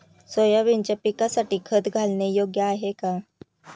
सोयाबीनच्या पिकासाठी खत घालणे योग्य आहे का?